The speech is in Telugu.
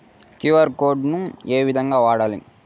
క్యు.ఆర్ కోడ్ ను ఏ విధంగా వాడాలి?